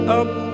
up